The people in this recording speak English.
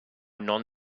non